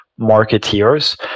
marketeers